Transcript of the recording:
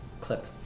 clip